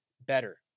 better